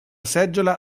seggiola